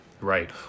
Right